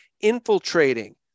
infiltrating